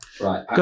Right